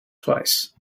twice